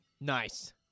Nice